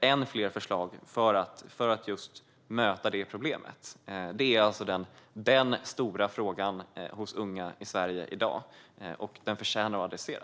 än fler förslag för att just möta det problemet. Det är alltså den stora frågan hos unga i Sverige i dag, och den förtjänar att adresseras.